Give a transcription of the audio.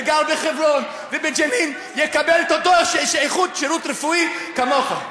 שגר בחברון ובג'נין יקבל את אותו איכות של שירות רפואי כמוך.